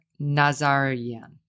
Nazarian